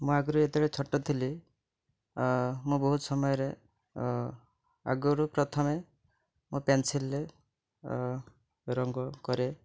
ମୁଁ ଆଗରୁ ଯେତେବେଳେ ଛୋଟ ଥିଲି ମୁଁ ବହୁତ ସମୟରେ ଆଗରୁ ପ୍ରଥମେ ମୁଁ ରଙ୍ଗ କରେ